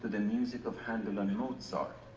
the music of handel and mozart.